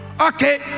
Okay